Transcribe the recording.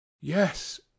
Yes